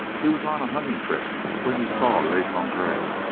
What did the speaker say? he was on a hunting trip when he saw le sangre